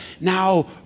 now